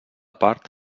part